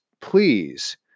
please